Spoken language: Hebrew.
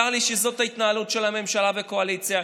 צר לי שזאת ההתנהלות של הממשלה והקואליציה.